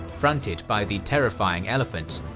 fronted by the terrifying elephants,